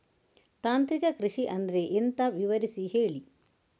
ತಾಂತ್ರಿಕ ಕೃಷಿ ಅಂದ್ರೆ ಎಂತ ವಿವರಿಸಿ ಹೇಳಿ